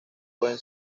pueden